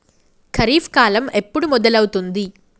ఖరీఫ్ కాలం ఎప్పుడు మొదలవుతుంది?